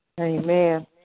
Amen